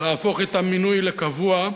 להפוך את המינוי לקבוע,